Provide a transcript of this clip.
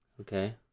Okay